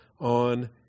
on